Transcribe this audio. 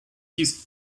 his